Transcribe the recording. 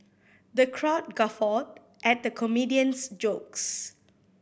the crowd guffawed at the comedian's jokes